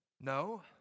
No